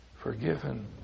forgiven